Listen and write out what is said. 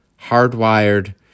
hardwired